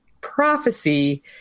prophecy